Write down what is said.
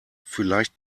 vielleicht